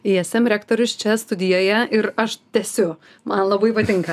ism rektorius čia studijoje ir aš tęsiu man labai patinka